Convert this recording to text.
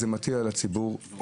שאפשר יהיה למחזר.